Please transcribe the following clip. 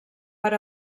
per